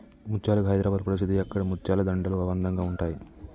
ముత్యాలకు హైదరాబాద్ ప్రసిద్ధి అక్కడి ముత్యాల దండలు అందంగా ఉంటాయి